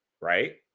right